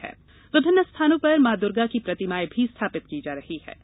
इस दौरान विभिन्न स्थानों पर मां दुर्गा की प्रतिमाएं भी स्थापित की जाएंगी